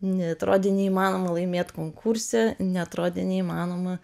neatrodė neįmanoma laimėt konkurse neatrodė neįmanoma